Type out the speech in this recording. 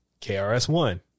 KRS-One